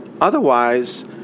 Otherwise